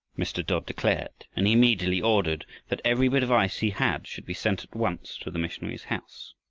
mr. dodd declared, and he immediately ordered that every bit of ice he had should be sent at once to the missionary's house.